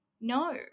No